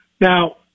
Now